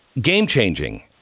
game-changing